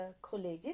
Kollegin